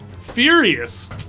furious